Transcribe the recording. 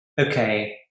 okay